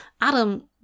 Adam